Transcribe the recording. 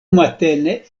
matene